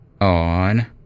on